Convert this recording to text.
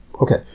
Okay